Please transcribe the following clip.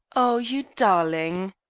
oh, you darling!